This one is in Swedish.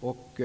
och